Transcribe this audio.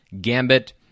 Gambit